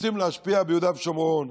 כשרוצים להשפיע ביהודה ושומרון,